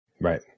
right